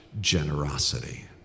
generosity